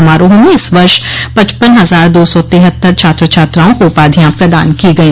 समारोह में इस वर्ष पचपन हजार दो सौ तिहत्तर छात्र छात्राओं को उपाधियां प्रदान की गई